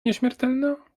nieśmiertelna